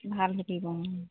ভাল ঢেঁকী পাওঁ